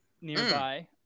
nearby